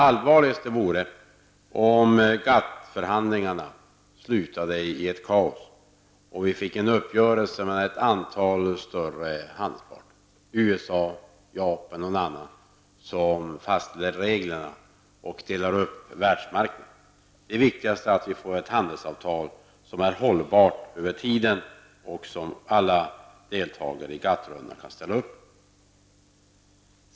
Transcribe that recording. Allvarligast vore det om GATT-förhandlingarna slutade i ett kaos och det blev en uppgörelse mellan ett antal större handelspartner, t.ex. USA, Japan och någon annan, som fastställde reglerna och delade upp världsmarknaden. Viktigast är att vi får ett handelsavtal som är hållbart över tiden och som alla deltagare i GATT-rundan kan ställa upp på.